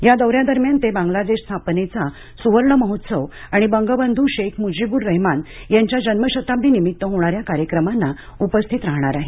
या दौऱ्यादरम्यान ते बांग्लादेश स्थापनेचा सुवर्ण महोत्सव आणि बंगबंधू शेख मुजीबूर रहमान यांच्या जन्मशताब्दी निमित्त होणाऱ्या कार्यक्रमांना उपस्थित राहणार आहेत